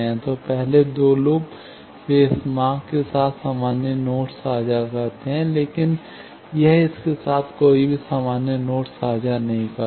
तो पहले दो लूप वे इस मार्ग के साथ सामान्य नोड साझा करते हैं लेकिन यह इस के साथ कोई भी सामान्य नोड साझा नहीं करता है